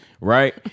right